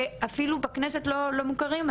שאפילו בכנסת עדיין לא מוכרים..",